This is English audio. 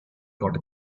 got